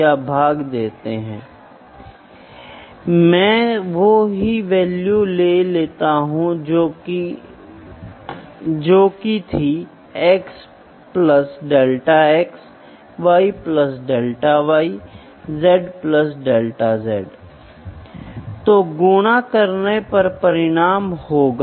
इसलिए अगर मैं आयतन मापना चाहता हूं तो मैं एक प्रत्यक्ष माप का उपयोग करुंगा मैं तब मैं द्रव्यमान का उपयोग करुंगा मैं एक डायरेक्ट मेजरमेंट का उपयोग करुंगा लेकिन जब मुझे घनत्व को मापना होगा तब मैं गणितीय रूप से कुछ गणनाएं करुंगा और फिर बाहर आऊंगा कुछ काम के साथ और फिर घनत्व का मूल्य पता लगाऊंगा